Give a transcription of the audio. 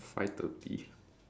five thirty